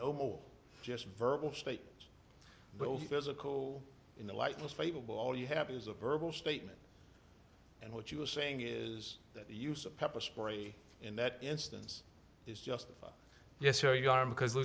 no just verbal state but in the light most favorable all you have is a verbal statement and what you are saying is that the use of pepper spray in that instance is just yes or you are because